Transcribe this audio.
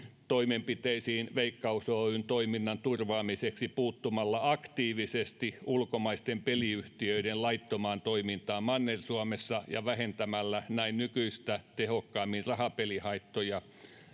toimenpiteisiin veikkaus oyn toiminnan turvaamiseksi puuttumalla aktiivisesti ulkomaisten peliyhtiöiden laittomaan toimintaan manner suomessa ja vähentämällä näin nykyistä tehokkaammin rahapelihaittoja